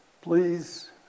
Please